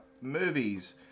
movies